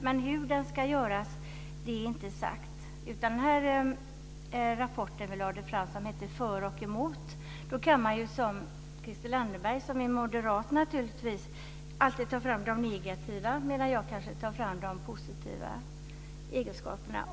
Men hur den ska se ut är inte sagt i den rapport som vi lade fram och som heter Kortare arbetstid - för och emot. Då kan man ju som Christel Anderberg som är moderat naturligtvis alltid ta fram de negativa egenskaperna, medan jag kanske tar fram de positiva egenskaperna.